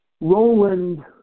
Roland